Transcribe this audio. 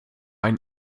ein